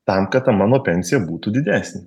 tam kad mano pensija būtų didesnė